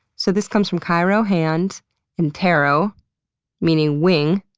so this comes from chiro hand and ptero meaning wing,